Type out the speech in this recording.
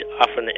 often